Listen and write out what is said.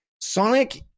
Sonic